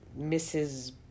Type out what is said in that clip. Mrs